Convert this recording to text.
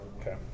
Okay